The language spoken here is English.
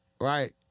Right